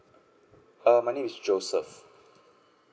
err my name is joseph